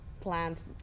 plants